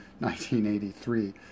1983